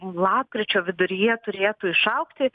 lapkričio viduryje turėtų išaugti